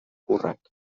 ikurrak